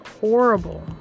horrible